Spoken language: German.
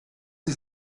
sie